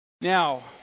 Now